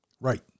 Right